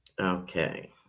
Okay